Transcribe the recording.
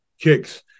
kicks